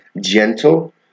gentle